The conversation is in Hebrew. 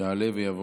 יעלה ויבוא.